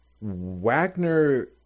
Wagner